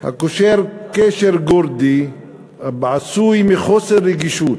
הקושר קשר גורדי עשוי מחוסר רגישות,